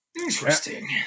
Interesting